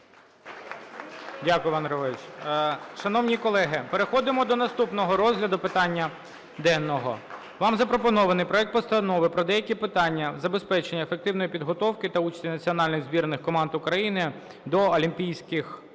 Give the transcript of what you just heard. Дякую, Іван Григорович. Шановні колеги, переходимо до наступного розгляду питання денного. Вам запропонований проект Постанови про деякі питання забезпечення ефективної підготовки та участі національних збірних команд України до Олімпійських та